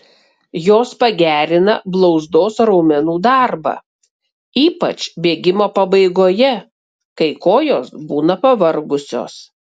jos pagerina blauzdos raumenų darbą ypač bėgimo pabaigoje kai kojos būna pavargusios